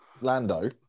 Lando